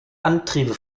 antriebe